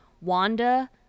Wanda